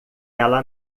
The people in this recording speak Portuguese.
ela